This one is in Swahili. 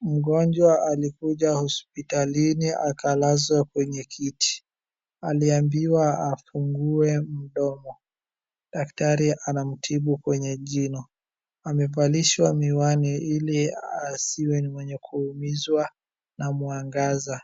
mgonjwa alikuja hospitalini akalazwa kwenye kiti aliambiwa afungue mdomo daktari anamtibu kwenye jino amevalishwa miwani ili asiumizwe na mwangaza,